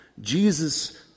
Jesus